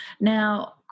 Now